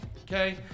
okay